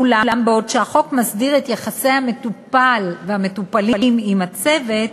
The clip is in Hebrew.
אולם, בעוד החוק מסדיר את יחסי המטופלים עם הצוות,